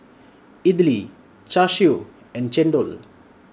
Idly Char Siu and Chendol